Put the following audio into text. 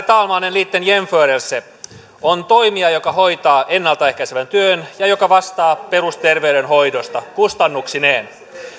talman en liten jämförelse on toimija joka hoitaa ennalta ehkäisevän työn ja joka vastaa perusterveydenhoidosta kustannuksineen